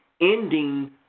ending